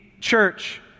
church